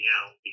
out